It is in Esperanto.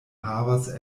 havas